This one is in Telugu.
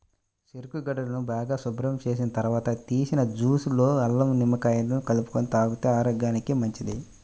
చెరుకు గడలను బాగా శుభ్రం చేసిన తర్వాత తీసిన జ్యూస్ లో అల్లం, నిమ్మకాయ కలుపుకొని తాగితే ఆరోగ్యానికి మంచిది